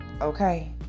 Okay